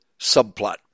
subplot